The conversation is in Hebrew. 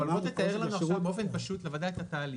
בצורה פשוטה.